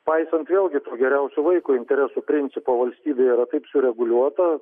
paisant vėlgi geriausių vaiko interesų principo valstybė yra taip sureguliuota